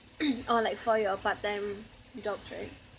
orh like for your part-time jobs right